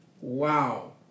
Wow